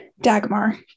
Dagmar